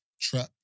trap